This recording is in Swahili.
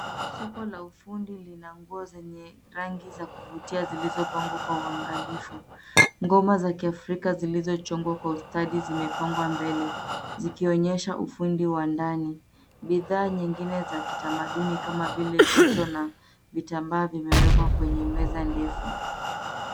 Soko la ufundi lina nguo zenye rangi za kuvutia zilizopangwa kwa uangalifu. Ngoma za kiafrika zilizochongwa kwa ustadi zimepangwa mbele zikionyesha ufundi wa ndani .Bidhaa nyingine za kitamaduni kama vile vito na vitambaa vimewekwa kwenye meza ndefu.